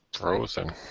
Frozen